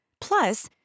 Plus